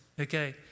Okay